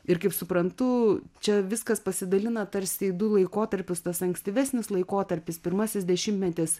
ir kaip suprantu čia viskas pasidalina tarsi į du laikotarpius tas ankstyvesnis laikotarpis pirmasis dešimtmetis